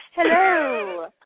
Hello